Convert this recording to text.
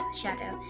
shadow